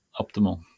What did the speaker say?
optimal